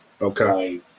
Okay